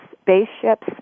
spaceships